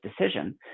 decision